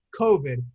COVID